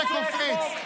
מה אתה קופץ?